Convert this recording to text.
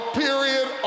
period